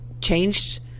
changed